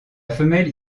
femelle